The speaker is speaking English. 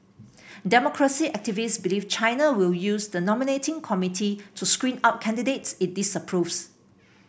democracy activists believe China will use the nominating committee to screen out candidates it disapproves